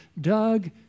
Doug